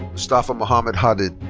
mustafa muhammad hammad.